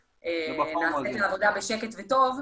שנעשה את העבודה בשקט וטוב.